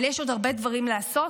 אבל יש עוד הרבה דברים לעשות,